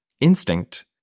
instinct